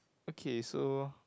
okay so